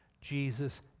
Jesus